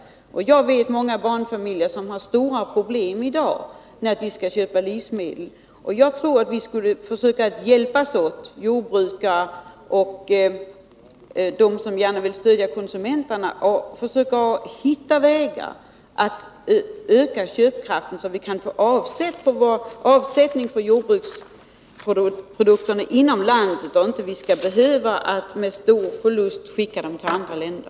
Jag känner också till många barnfamiljer som har stora problem med att kunna köpa tillräckligt med livsmedel. Det gäller för jordbrukarna och alla oss som vill stödja konsumenterna att gemensamt försöka finna vägar att öka människors köpkraft. En strävan måste vara att finna avsättning för jordbruksprodukterna inom landet i stället för att med stora förluster sända dem till andra länder.